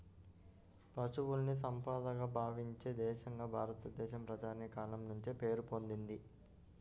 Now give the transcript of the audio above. పశువుల్ని సంపదగా భావించే దేశంగా భారతదేశం ప్రాచీన కాలం నుంచే పేరు పొందింది